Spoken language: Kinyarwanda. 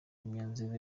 imyanzuro